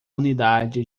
unidade